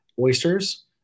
oysters